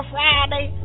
Friday